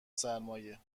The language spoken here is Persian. سرمایه